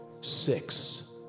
six